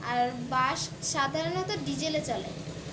আর bus সাধারণত ডিজেলে চলে